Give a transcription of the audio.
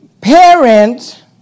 parent